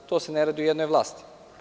To se ne radi u jednoj vlasti.